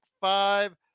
five